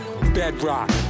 Bedrock